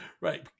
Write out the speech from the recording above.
Right